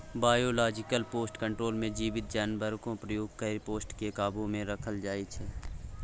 biological pest control मे जीबित जानबरकेँ प्रयोग कए पेस्ट केँ काबु मे राखल जाइ छै